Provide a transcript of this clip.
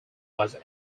was